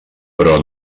però